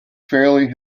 fairly